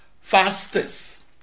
fastest